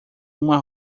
uma